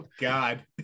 god